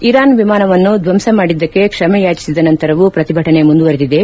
Iran ವಿಮಾನವನ್ನು ಧ್ವಂಸ ಮಾಡಿದಕ್ಕೆ ಕ್ಷಮೆಯಾಚಿಸಿದ ನಂತರವೂ ಪ್ರತಿಭಟನೆ ಮುಂದುವರೆದಿದೆ